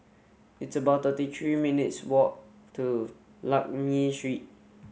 it's about thirty three minutes' walk to Lakme Street